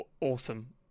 awesome